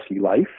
life